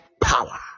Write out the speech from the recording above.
power